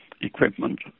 equipment